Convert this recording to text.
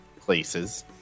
places